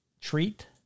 treat